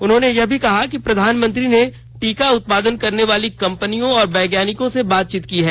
उन्होंने यह भी कहा कि प्रधानमंत्री ने टीका उत्पादन करने वाली कम्पनियों और वैज्ञानिकों से बातचीत की है